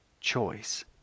choice